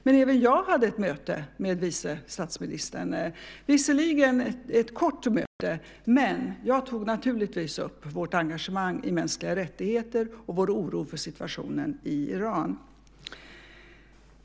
Men även jag hade ett möte med vice statsministern, visserligen ett kort möte, men jag tog naturligtvis upp vårt engagemang i mänskliga rättigheter och vår oro för situationen i Iran.